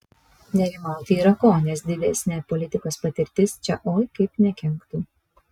nerimauti yra ko nes didesnė politikos patirtis čia oi kaip nekenktų